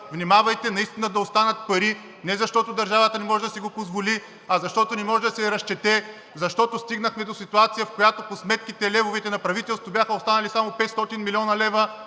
внимавайте наистина да останат пари не защото държавата не може да си го позволи, а защото не може да се разчете; защото стигнахме до ситуация, в която по сметките, левовите, на правителството бяха останали само 500 млн. лв.